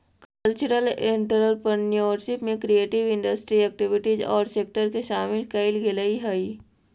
cultural entrepreneurship में creative industry activities औउर sector के शामिल कईल गेलई हई